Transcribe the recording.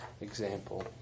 example